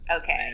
Okay